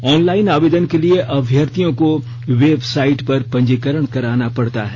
online आवेदन के लिए अभ्यर्थियों को वेबसाइट पर पंजीकरण कराना पड़ता है